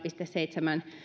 seitsemän